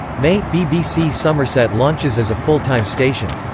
may bbc somerset launches as a full-time station.